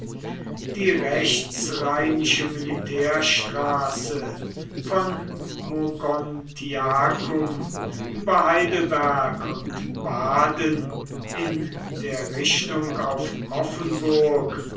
die rechtsrheinische militärstraße von mogontiacum über heidelberg und baden in der richtung auf offenburg